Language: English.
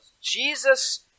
Jesus